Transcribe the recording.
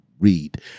read